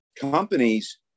companies